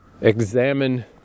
examine